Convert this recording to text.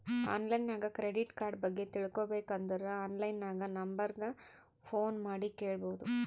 online ನಾಗ್ credit card ಬಗ್ಗೆ ತಿಳ್ಕೋಬೇಕ್ ಅಂದುರ್ ಆನ್ಲೈನ್ ನಾಗ್ ನಂಬರ್ ಗ ಫೋನ್ ಮಾಡಿ ಕೇಳ್ಬೋದು